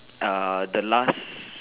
uh the last